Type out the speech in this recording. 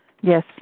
Yes